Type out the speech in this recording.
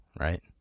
right